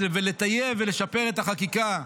ולטייב ולשפר את החקיקה,